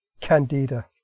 candida